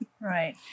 right